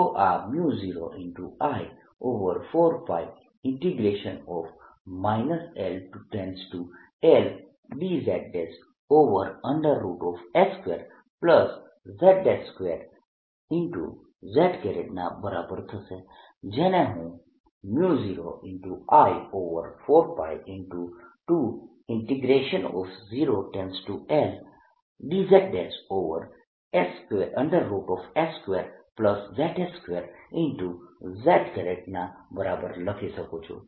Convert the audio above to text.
તો આ 0I4π LLdzs2z2 z ના બરાબર થશે જેને હું 0I4π20Ldzs2z2 z ના બરાબર લખી શકું છું